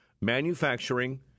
manufacturing